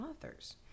authors